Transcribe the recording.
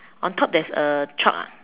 on top there is a truck ah